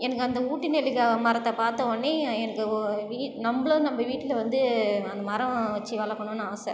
எனக்கு அந்த ஊட்டி நெல்லிக்காய் மரத்தை பார்த்த உடனே எனக்கு ஒரு வீ நம்பளும் நம்ப வீட்டில் வந்து அந்த மரம் வச்சு வளர்க்கணுன் ஆசை